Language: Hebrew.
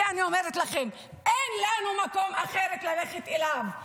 כי אני אומרת לכם: אין לנו מקום אחר ללכת אליו.